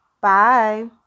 bye